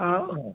ହଉ ହଉ